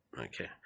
okay